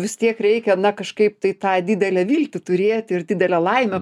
vis tiek reikia na kažkaip tai tą didelę viltį turėti ir didelę laimę